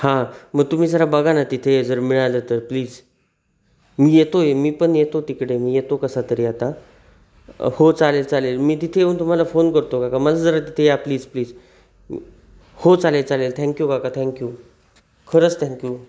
हां मग तुम्ही जरा बघा ना तिथे जर मिळालं तर प्लीज मी येतो आहे मी पण येतो तिकडे मी येतो कसा तरी आता हो चालेल चालेल मी तिथे येऊन तुम्हाला फोन करतो काका माझं जरा तिथे या प्लीज प्लीज हो चालेल चालेल थँक्यू काका थँक्यू खरंच थँक्यू